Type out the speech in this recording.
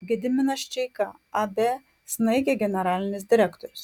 gediminas čeika ab snaigė generalinis direktorius